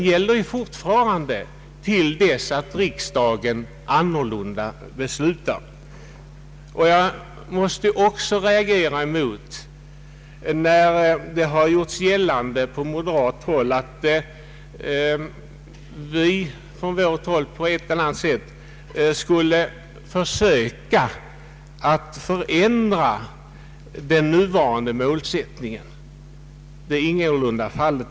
Målsättningen gäller fortfarande och till dess att riksdagen annorlunda beslutar. Jag måste också reagera emot påståendet från moderata samlingspartiets sida, att vi inom det socialdemokratiska partiet på ett eller annat sätt skulle söka förändra inom den nuvarande målsättningen. Det är ingalunda fallet.